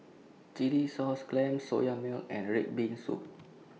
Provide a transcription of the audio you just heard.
Chilli Sauce Clams Soya Milk and Red Bean Soup